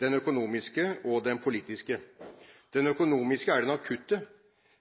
den økonomiske og den politiske. Den økonomiske er den akutte,